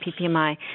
PPMI